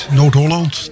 Noord-Holland